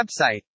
website